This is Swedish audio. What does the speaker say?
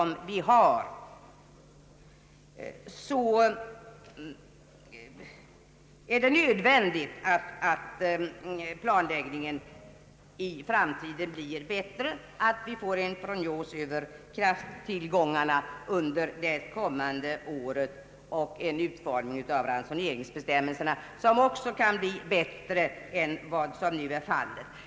Jag anser liksom herr Häbinette att det är nödvändigt att planläggningen blir bättre i framtiden och att vi får en prognos över krafttillgångarna under det kommande året. Vidare kan ransoneringsbestämmelserna utformas bättre än vad som nu blivit fallet.